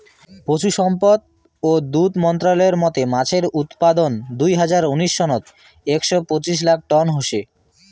পশুসম্পদ ও দুধ মন্ত্রালয়ের মতে মাছের উৎপাদন দুই হাজার উনিশ সনত একশ পঁচিশ লাখ টন হসে